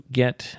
get